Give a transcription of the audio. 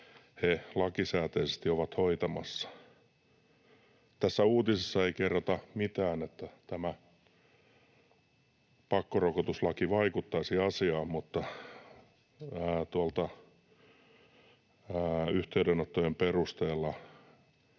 he lakisääteisesti ovat hoitamassa. Tässä uutisessa ei kerrota mitään siitä, että tämä pakkorokotuslaki vaikuttaisi asiaan, mutta yhteydenottojen perusteella